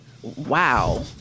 Wow